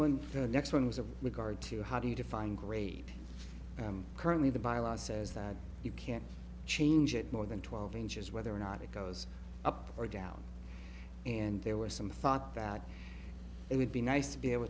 one the next one was a regard to how do you define great currently the bylaws says that you can't change it more than twelve inches whether or not it goes up or down and there were some thought that it would be nice to be able